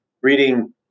reading